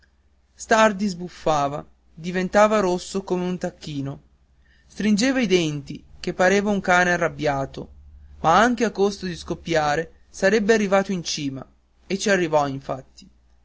scusami stardi sbuffava diventava rosso come un tacchino stringeva i denti che pareva un cane arrabbiato ma anche a costo di scoppiare sarebbe arrivato in cima e ci arrivò infatti